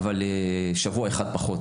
שבוע אחד פחות